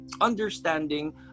understanding